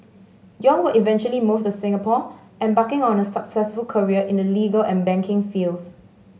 Yong would eventually move to Singapore embarking on a successful career in the legal and banking fields